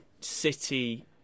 City